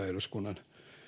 eduskunnan